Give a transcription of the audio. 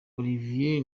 olivier